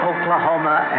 Oklahoma